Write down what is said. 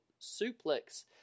Suplex